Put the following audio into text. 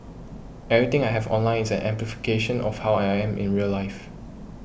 everything I have online is an amplification of how I am in real life